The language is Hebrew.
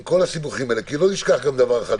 עם כל הסיבוכים אבל בל נשכח דבר אחד,